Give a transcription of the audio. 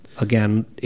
Again